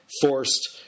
forced